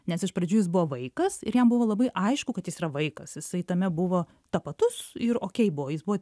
nes iš pradžių jis buvo vaikas ir jam buvo labai aišku kad yra vaikas jisai tame buvo tapatus ir okei buvo jis buvo